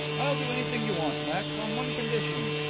i'll do anything you want, max, on one condition.